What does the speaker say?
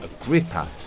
Agrippa